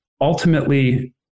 ultimately